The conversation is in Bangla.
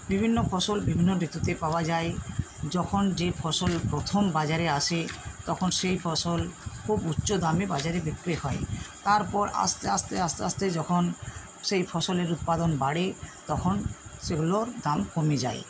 বিভিন্ন ফসল বিভিন্ন ঋতুতে পাওয়া যায় যখন যে ফসল প্রথম বাজারে আসে তখন সেই ফসল খুব উচ্চ দামে বাজারে বিক্রি হয় তারপর আস্তে আস্তে আস্তে আস্তে যখন সেই ফসলের উৎপাদন বাড়ে তখন সেগুলোর দাম কমে যায়